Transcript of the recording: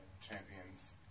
champions